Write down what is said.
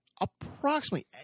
approximately